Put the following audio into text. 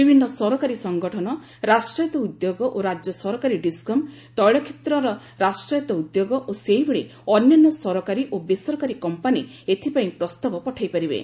ବିଭିନ୍ନ ସରକାରୀ ସଂଗଠନ ରାଷ୍ଟ୍ରାୟତ୍ତ ଉଦ୍ୟୋଗ ଓ ରାଜ୍ୟ ସରକାରୀ ଡିସ୍କମ୍ ତୈଳ କ୍ଷେତ୍ରର ରାଷ୍ଟ୍ରାୟତ୍ତ ଉଦ୍ୟୋଗ ଓ ସେହିଭଳି ଅନ୍ୟାନ୍ୟ ସରକାରୀ ଓ ବେସରକାରୀ କମ୍ପାନି ଏଥିପାଇଁ ପ୍ରସ୍ତାବ ପଠାଇ ପାରିବେ